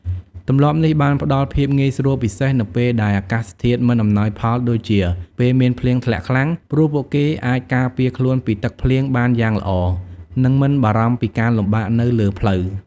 ទម្លាប់នេះបានផ្តល់ភាពងាយស្រួលពិសេសនៅពេលដែលអាកាសធាតុមិនអំណោយផលដូចជាពេលមានភ្លៀងធ្លាក់ខ្លាំង ព្រោះពួកគេអាចការពារខ្លួនពីទឹកភ្លៀងបានយ៉ាងល្អនិងមិនបារម្ភពីការលំបាកនៅលើផ្លូវ។